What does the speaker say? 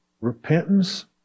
Repentance